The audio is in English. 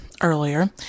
earlier